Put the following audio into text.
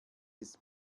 ist